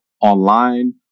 online